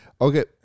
Okay